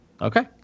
Okay